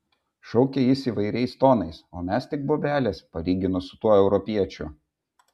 šaukė jis įvairiais tonais o mes tik bobelės palyginus su tuo europiečiu